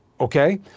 Okay